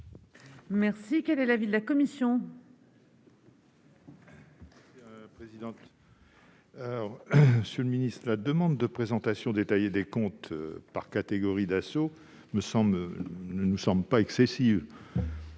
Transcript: texte. Quel est l'avis de la commission ?